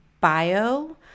bio